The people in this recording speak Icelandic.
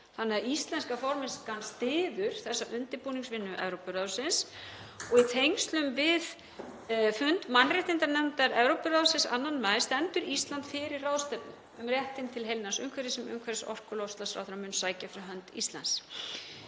þannig að íslenska formennskan styður þessa undirbúningsvinnu Evrópuráðsins. Í tengslum við fund mannréttindanefndar Evrópuráðsins 2. maí stendur Ísland fyrir ráðstefnu um réttinn til heilnæms umhverfis sem umhverfis-, orku-, og loftslagsráðherra mun sækja fyrir hönd Íslands.